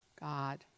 God